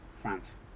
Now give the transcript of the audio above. france